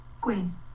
Queen